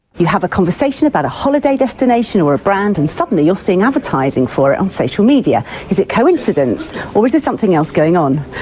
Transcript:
you have a conversation about a holiday destination or a brand and suddenly you are seeing advertising for it on social media. is it coincidence or is there something else going on?